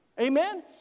Amen